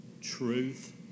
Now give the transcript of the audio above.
truth